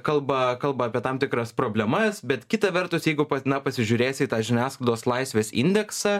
kalba kalba apie tam tikras problemas bet kita vertus jeigu na pasižiūrėsi į tą žiniasklaidos laisvės indeksą